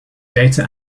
data